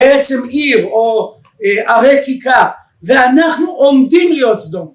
עצם עיר או ערי קיקה ואנחנו עומדים להיות סדום